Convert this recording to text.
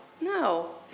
No